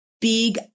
big